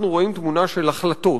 אנחנו רואים תמונה של החלטות